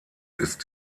ist